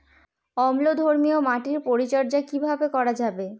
অম্লধর্মীয় মাটির পরিচর্যা কিভাবে করা যাবে?